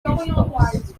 crystals